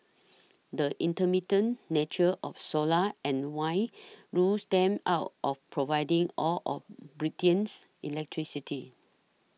the intermittent nature of solar and wind rules them out of providing all of Britain's electricity